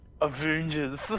Avengers